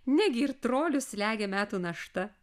negi ir trolius slegia metų našta